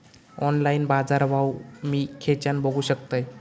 Online बाजारभाव मी खेच्यान बघू शकतय?